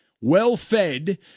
well-fed